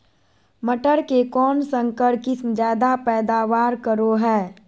मटर के कौन संकर किस्म जायदा पैदावार करो है?